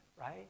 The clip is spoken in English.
right